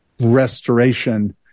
restoration